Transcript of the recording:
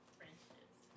friendships